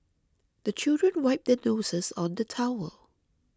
the children wipe their noses on the towel